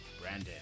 Brandon